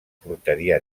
portaria